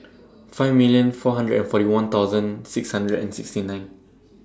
five million four hundred and forty one thousand six hundred and sixty nine